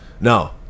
no